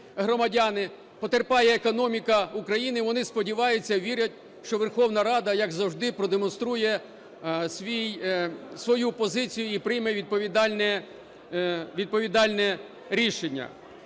громадяни, потерпає економіка України. Вони сподіваються, вірять, що Верховна Рада як завжди продемонструє свою позицію і прийме відповідальне рішення.